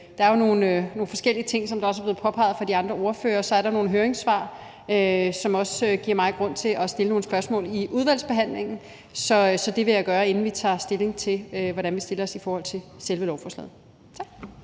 Der er jo nogle forskellige ting, som også er blevet påpeget fra de andre ordførere, og så er der nogle høringssvar, som også giver mig grund til at stille nogle spørgsmål i udvalgsbehandlingen. Så det vil jeg gøre, inden vi tager stilling til, hvordan vi stiller os til selve lovforslaget. Kl.